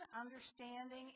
understanding